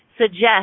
suggest